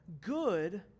good